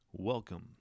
Welcome